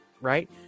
right